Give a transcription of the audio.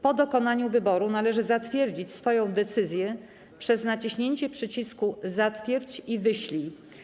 Po dokonaniu wyboru należy zatwierdzić swoją decyzję przez naciśnięcie przycisku „Zatwierdź i wyślij”